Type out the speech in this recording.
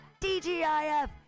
DGIF